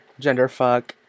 genderfuck